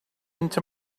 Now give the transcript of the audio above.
into